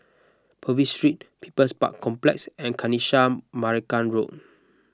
Purvis Street People's Park Complex and Kanisha Marican Road